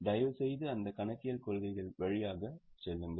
தயவுசெய்து அந்த கணக்கியல் கொள்கைகள் வழியாக செல்லுங்கள்